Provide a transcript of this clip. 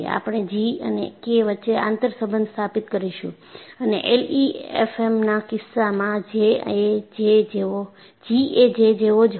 આપણે G અને K વચ્ચે આંતરસંબંધ સ્થાપિત કરીશું અને એલઈએફએમ ના કિસ્સામાં G એ J જેવો જ હોય છે